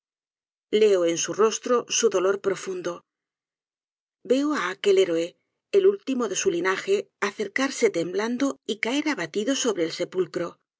leo en su rostro su dolor profundo veo á aquel héroe el último de su linaje acercarse temblando y caer abatido sobre el sepulcro